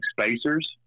spacers